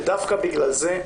ודווקא בגלל זה,